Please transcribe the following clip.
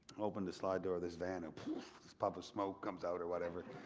open the side door of this van and poof, this puff of smoke comes out or whatever.